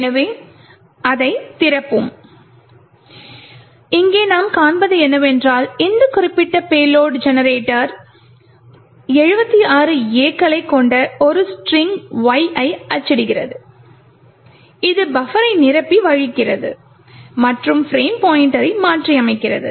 எனவே அதைத் திறப்போம் இங்கே நாம் காண்பது என்னவென்றால் இந்த குறிப்பிட்ட பேலோட் ஜெனரேட்டர் 76 A களைக் கொண்ட ஒரு ஸ்ட்ரிங்க் Y ஐ அச்சிடுகிறது இது பஃபரை நிரப்பி வழிகிறது மற்றும் பிரேம் பாய்ண்ட்டரை மாற்றியமைக்கிறது